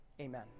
Amen